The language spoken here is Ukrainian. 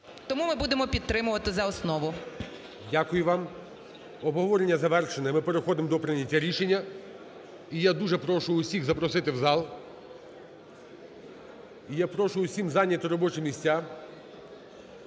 Тому ми будемо підтримувати за основу. ГОЛОВУЮЧИЙ. Дякую вам. Обговорення завершене, ми переходимо до прийняття рішення, і я дуже прошу всіх запросити в зал. І я прошу всіх зайняти робочі місця,